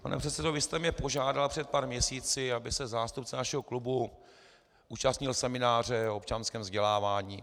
Pane předsedo, vy jste mě požádal před pár měsíci, aby se zástupce našeho klubu zúčastnil semináře o občanském vzdělávání.